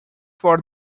for